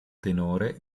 tenore